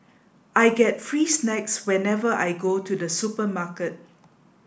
I get free snacks whenever I go to the supermarket